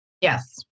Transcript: Yes